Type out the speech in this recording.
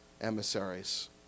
emissaries